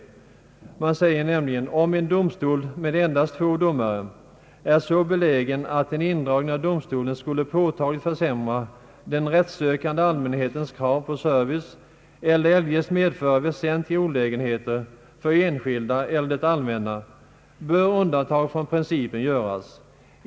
Utskottet säger: »Om en domstol med endast två domare är så belägen att en indragning av domstolen skulle påtagligt försämra den rättssökande allmänhetens krav på service eller eljest medföra väsentliga olägenheter för enskilda eller det allmänna bör undantag från principen göras.